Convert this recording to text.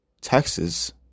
Texas